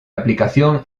aplicación